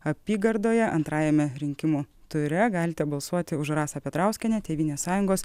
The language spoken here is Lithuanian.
apygardoje antrajame rinkimų ture galite balsuoti už rasą petrauskienę tėvynės sąjungos